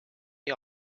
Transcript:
või